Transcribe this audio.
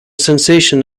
sensation